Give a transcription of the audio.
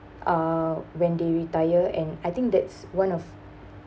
uh when they retire and I think that's one of